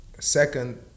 Second